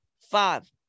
five